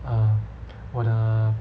err 我的